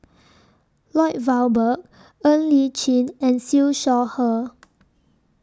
Lloyd Valberg Ng Li Chin and Siew Shaw Her